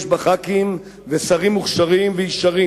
ויש בה ח"כים ושרים מוכשרים וישרים,